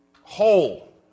whole